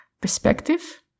perspective